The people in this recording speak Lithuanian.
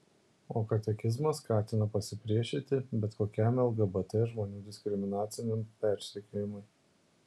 o katekizmas skatina pasipriešinti bet kokiam lgbt žmonių diskriminaciniam persekiojimui